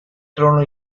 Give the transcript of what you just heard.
trono